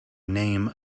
name